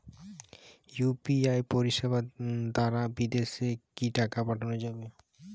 UPI পরিষেবা দারা বিদেশে কি টাকা পাঠানো যাবে?